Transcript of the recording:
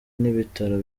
n’ibitaro